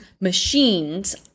machines